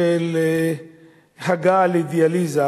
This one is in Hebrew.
של הגעה לדיאליזה,